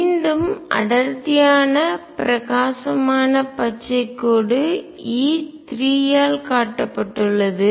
மீண்டும் அடர்த்தியான பிரகாசமான பச்சை கோடு E3 ஆல் காட்டப்பட்டுள்ளது